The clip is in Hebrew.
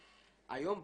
היום,